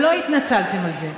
ולא התנצלתם על זה.